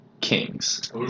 Kings